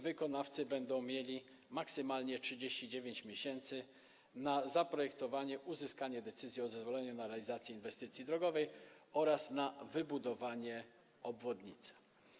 Wykonawcy będą mieli maksymalnie 39 miesięcy na zaprojektowanie, uzyskanie decyzji o zezwoleniu na realizację inwestycji drogowej oraz na wybudowanie obwodnicy.